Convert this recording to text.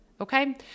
Okay